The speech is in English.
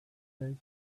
days